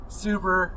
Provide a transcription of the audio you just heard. super